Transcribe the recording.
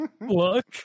look